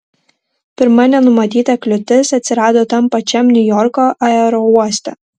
pirma nenumatyta kliūtis atsirado tam pačiam niujorko aerouoste